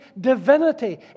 divinity